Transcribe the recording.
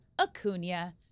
Acuna